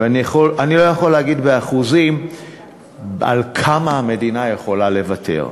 ואני לא יכול להגיד באחוזים על כמה המדינה יכולה לוותר.